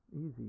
Easy